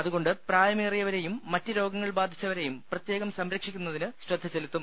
അതുകൊണ്ട് പ്രായമേറിയവരെയും മറ്റ് രോഗങ്ങൾ ബാധിച്ചവരെയും പ്രത്യേകം സംരക്ഷിക്കുന്നതിന് ശ്രദ്ധ ചെലുത്തും